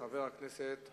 חבר הכנסת